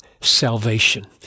salvation